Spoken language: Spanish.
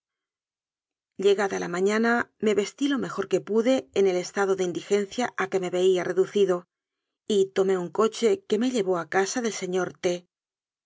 llegada la mañana me vestí lo mejor que pude en el estado de indigencia a que me veía reduci do y tomé un coche que me llevó a casa del se